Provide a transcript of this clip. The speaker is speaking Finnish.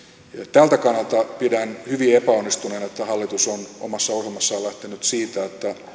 tältä kannalta pidän hyvin epäonnistuneena että hallitus on omassa ohjelmassaan lähtenyt siitä